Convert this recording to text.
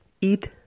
eat